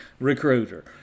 recruiter